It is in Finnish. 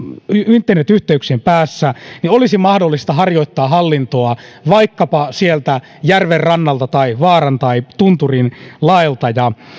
internetyhteyksien päässä niin olisi mahdollista harjoittaa hallintoa vaikkapa sieltä järvenrannalta tai vaaran tai tunturinlaelta ja